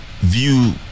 view